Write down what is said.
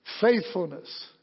Faithfulness